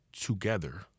together